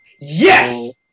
Yes